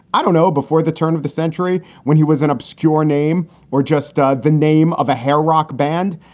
i don't know before the turn of the century when he was an obscure name or just ah the name of a hair rock band.